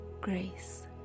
grace